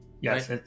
Yes